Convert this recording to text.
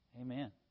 Amen